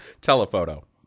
telephoto